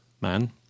man